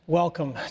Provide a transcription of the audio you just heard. welcome